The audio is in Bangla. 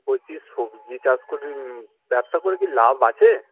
বলছি সবজি চাষ করে ব্যবসা করে কি লাভ আছে